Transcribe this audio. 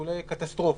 טיפולי קטסטרופה.